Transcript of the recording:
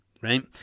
right